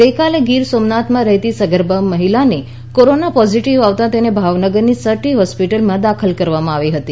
ગઈકાલે ગીર સોમનાથમાં રહેતી સગર્ભા મહિલાને કોરોના પોઝિટિવ આવતા તેને ભાવનગરની સર ટી હોસ્પિટલમાં દાખલ કરવામાં આવી હતી